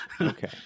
Okay